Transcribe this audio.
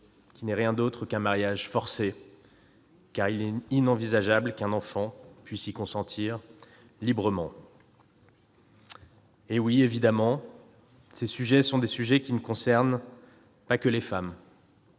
qui n'est rien d'autre qu'un mariage forcé, car il est inenvisageable qu'une enfant puisse y consentir librement. Eh oui, évidemment, ces sujets ne concernent pas que les femmes